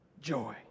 joy